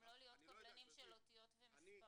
גם לא להיות קבלנים של אותיות ומספרים.